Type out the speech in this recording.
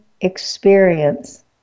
experience